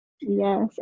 Yes